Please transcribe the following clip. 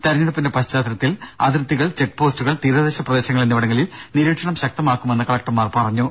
തെരഞ്ഞെടുപ്പിന്റെ പശ്ചാത്തലത്തിൽ അതിർത്തികൾ ചെക്ക്പോസ്റ്റുകൾ തീരദേശ പ്രദേശങ്ങൾ എന്നിവിടങ്ങളിൽ നിരീക്ഷണം ശക്തമാക്കുമെന്ന് കളക്ടർമാർ പറഞ്ഞു